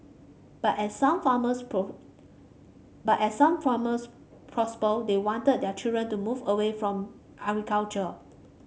but as some farmers but as some farmers they wanted their children to move away from agriculture